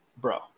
bro